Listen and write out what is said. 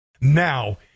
Now